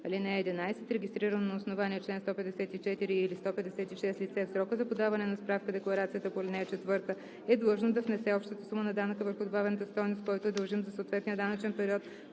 ден. (11) Регистрирано на основание чл. 154 или 156 лице в срока за подаване на справка-декларацията по ал. 4 е длъжно да внесе общата сума на данъка върху добавената стойност, който е дължим за съответния данъчен период,